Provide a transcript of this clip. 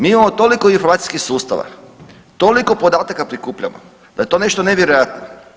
Mi imamo toliko inflacijskih sustava, toliko podataka prikupljamo da je to nešto nevjerojatno.